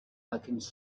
alchemist